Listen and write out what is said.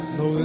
no